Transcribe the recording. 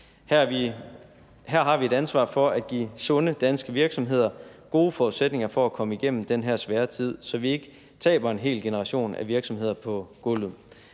Her har vi et ansvar for at give sunde danske virksomheder gode forudsætninger for at komme igennem den her svære tid, så vi ikke taber en hel generation af virksomheder på gulvet.